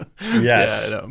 Yes